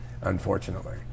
unfortunately